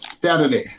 Saturday